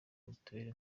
mitiweri